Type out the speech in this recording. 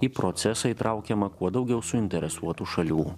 į procesą įtraukiama kuo daugiau suinteresuotų šalių